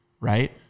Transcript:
right